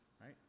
right